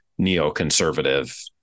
neoconservative